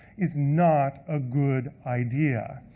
is not a good idea.